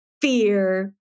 fear